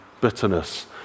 bitterness